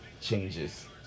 changes